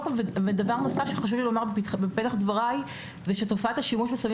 דבר נוסף שחשוב לי לומר בפתח דבריי זה שתופעת השימוש בסמים